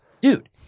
Dude